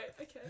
okay